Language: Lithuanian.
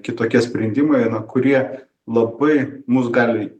kitokie sprendimai na kurie labai mus gali